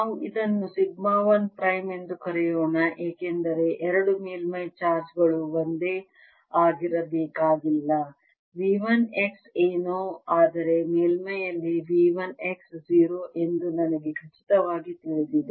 ನಾವು ಇದನ್ನು sigma 1 prime ಎಂದು ಕರೆಯೋಣ ಏಕೆಂದರೆ ಎರಡು ಮೇಲ್ಮೈ ಚಾರ್ಜ್ ಗಳು ಒಂದೇ ಆಗಿರಬೇಕಾಗಿಲ್ಲ V 1 x ಏನೋ ಆದರೆ ಮೇಲ್ಮೈಯಲ್ಲಿ V 1 x 0 ಎಂದು ನನಗೆ ಖಚಿತವಾಗಿ ತಿಳಿದಿದೆ